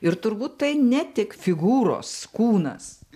ir turbūt tai ne tik figūros kūnas